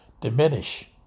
diminish